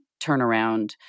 turnaround